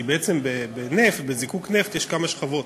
כי בעצם בנפט, בזיקוק נפט יש כמה שכבות,